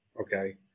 okay